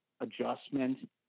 adjustment